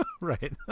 Right